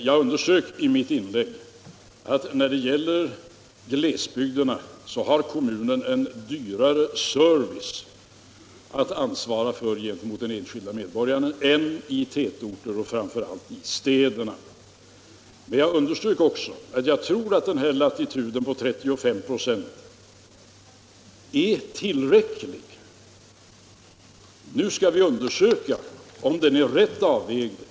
Jag underströk i mitt inlägg att kommunerna i glesbygderna ansvarar för en dyrare service för den enskilde medborgaren än i tätorterna och framför allt i städerna. Jag underströk också att jag anser latituden på 35 96 vara tillräcklig. Nu skall vi undersöka om den är rätt avvägd.